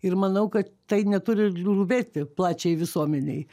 ir manau kad tai neturi ir rūvėti plačiai visuomenei